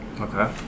okay